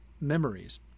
memories